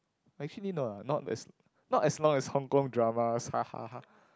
actually no lah not as not as long as Hong-Kong dramas hahaha